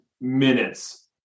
minutes